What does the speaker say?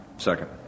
Second